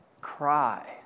cry